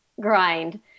grind